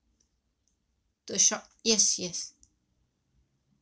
to shop yes yes